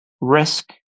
risk